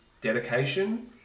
dedication